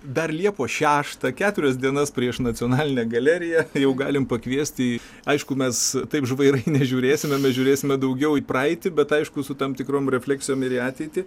dar liepos šeštą keturias dienas prieš nacionalinę galeriją jau galim pakviesti į aišku mes taip žvairai nežiūrėsime mes žiūrėsime daugiau į praeitį bet aišku su tam tikrom refleksijom ir į ateitį